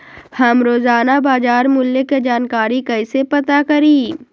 हम रोजाना बाजार मूल्य के जानकारी कईसे पता करी?